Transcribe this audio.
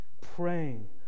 praying